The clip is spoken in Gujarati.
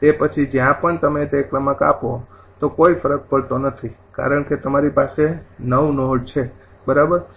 તે પછી જ્યાં પણ તમે તે ક્રમાંક આપો તો કોઈ ફરક પડતો નથી કારણ કે તમારી પાસે ૯નોડ છે બરાબર